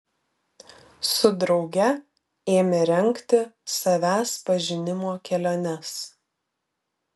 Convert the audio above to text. su drauge ėmė rengti savęs pažinimo keliones